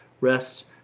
rest